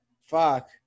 Fuck